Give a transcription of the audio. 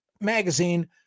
magazine